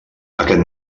aquest